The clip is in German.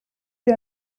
die